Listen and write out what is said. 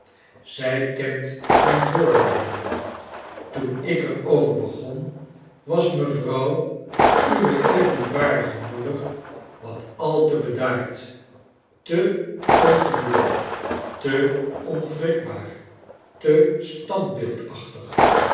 zij kent mijn voorwaarden toen ik er over begon was mevrouw uwe eerbiedwaardige moeder wat al te bedaard te ongevoelig te onwrikbaar te standbeeldachtig